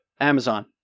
Amazon